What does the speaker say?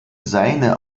seine